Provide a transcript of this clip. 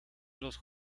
los